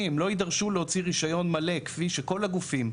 הם לא יידרשו להוציא רישיון מלא כפי שכל הגופים,